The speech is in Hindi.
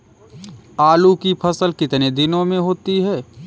आलू की फसल कितने दिनों में होती है?